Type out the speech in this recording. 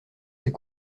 ces